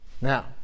Now